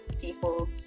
people